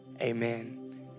amen